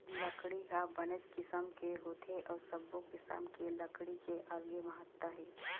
लकड़ी ह बनेच किसम के होथे अउ सब्बो किसम के लकड़ी के अलगे महत्ता हे